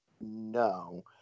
no